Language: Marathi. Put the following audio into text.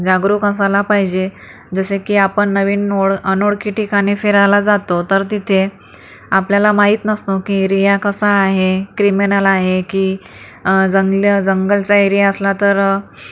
जागरूक असायला पाहिजे जसे की आपण नवीन ओळख अनोळखी ठिकाणी फिरायला जातो तर तिथे आपल्याला माहीत नसतं की एरिया कसा आहे क्रिमिनल आहे की जंगल्या जंगलचा एरिया असला तर